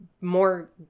more